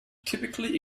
typically